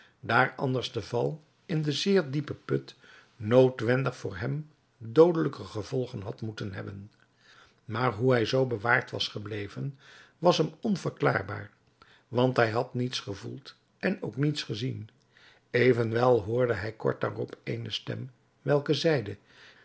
daar anders de val in den zeer diepen put noodwendig voor hem doodelijke gevolgen had moeten hebben maar hoe hij zoo bewaard was gebleven was hem onverklaarbaar want hij had niets gevoeld en ook niets gezien evenwel hoorde hij kort daarop eene stem welke zeide